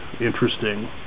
interesting